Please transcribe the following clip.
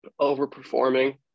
overperforming